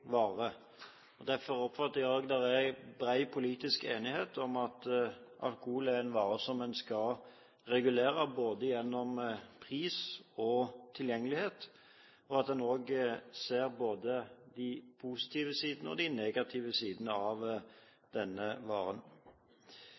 oppfatter at det er bred politisk enighet om at alkohol er en vare som skal reguleres, både gjennom pris og tilgjengelighet, og at en ser både de positive og de negative sidene av